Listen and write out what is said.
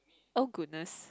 oh goodness